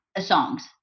songs